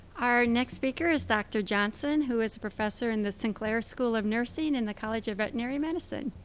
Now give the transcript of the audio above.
our next speaker is dr. johnson, who is a professor in the sinclair school of nursing in the college of veterinary medicine.